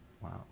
wow